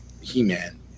he-man